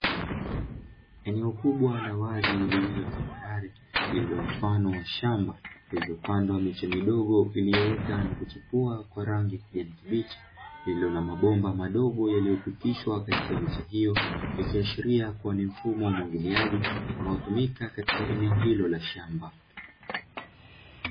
Eneo kubwa la wazi lililo tambarare, lililo mfano wa shamba, lililopandwa miche midogo iliyo ota na kuchipua kwa rangi ya kijani kibichi. Lililo na mabomba madogo yaliyopitishwa katika miche hiyo ikiashiria kuwa ni mfumo wa umwagiliaji unaotumika katika eneo hilo la shamba.